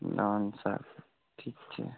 dance अच्छा ठीक छै